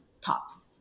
tops